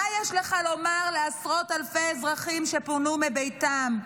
מה יש לך לומר לעשרות אלפי אזרחים שפונו מביתם?